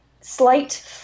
slight